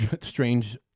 strange